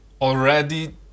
already